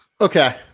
Okay